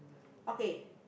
okay